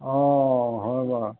অ হয় বাৰু